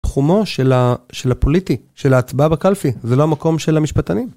תחומו של הפוליטי, של ההצבעה בקלפי, זה לא המקום של המשפטנים.